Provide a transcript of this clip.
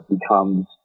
becomes